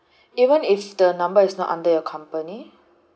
even is the number is not under your company